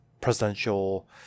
presidential